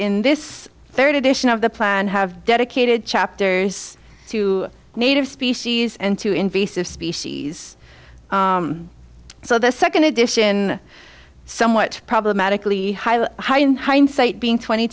in this third edition of the plan have dedicated chapters to native species and to invasive species so the second edition somewhat problematically in hindsight being twenty